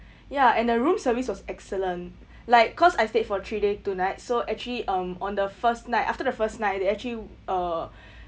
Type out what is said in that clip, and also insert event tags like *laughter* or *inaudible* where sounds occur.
*breath* ya and the room service was excellent like cause I stayed for three day two nights so actually um on the first night after the first night they actually uh